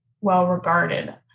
well-regarded